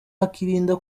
akirinda